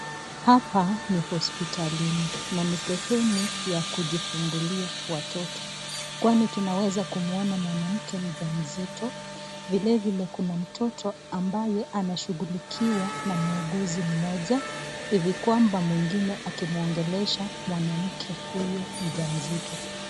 Hapa ni hospitalini na ni sehemu ya kujifungulia watoto kwani tunaweza kumuona mwanamke mja mzito vile vile kuna mtoto ambaye anashughulikiwa na muuguzi mmoja hivi kwamba mwingine akimwongelesha mwanamke huyo mjamzito.